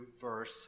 verse